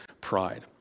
pride